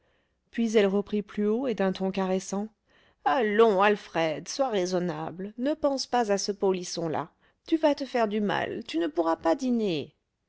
puis elle reprit plus haut et d'un ton caressant allons alfred sois raisonnable ne pense pas à ce polisson là tu vas te faire du mal tu ne pourras pas dîner